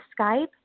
Skype